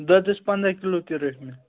دۄدس پنٛدہ کِلوٗ تہِ رٔٹۍ مےٚ